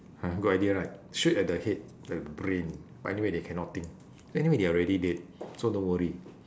ah good idea right shoot at the head the brain but anyway they cannot think anyway they are already dead so don't worry